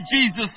Jesus